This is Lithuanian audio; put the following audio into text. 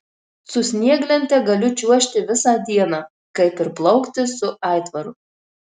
su snieglente galiu čiuožti visą dieną kaip ir plaukti su aitvaru